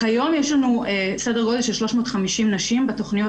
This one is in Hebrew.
כיום יש לנו סדר גודל של 350 נשים בתכניות